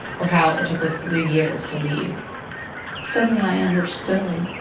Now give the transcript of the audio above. or how it took her three years to leave suddenly i understood.